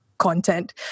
content